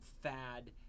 fad